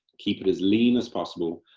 keep it as lean as possible,